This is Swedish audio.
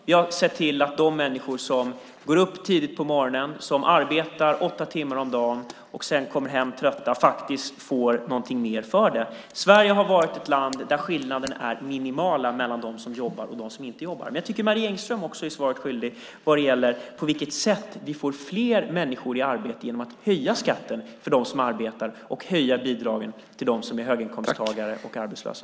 Vi har sett till att de människor som går upp tidigt på morgonen, som arbetar åtta timmar om dagen och sedan kommer hem trötta faktiskt får någonting mer för det. Sverige har varit ett land där skillnaden är minimal mellan dem som jobbar och dem som inte jobbar. Men jag tycker att Marie Engström också är svaret skyldig vad gäller på vilket sätt vi får fler människor i arbete genom att höja skatten för dem som arbetar och höja bidragen till dem som är höginkomsttagare och arbetslösa.